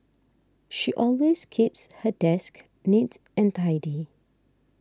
she always keeps her desk neat and tidy